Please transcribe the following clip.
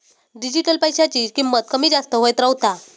digital पैशाची किंमत कमी जास्त होत रव्हता